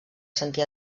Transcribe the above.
sentir